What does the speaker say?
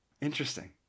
Interesting